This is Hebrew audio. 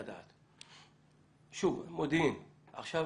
שוב, מודיעין עכשיו